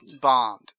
bombed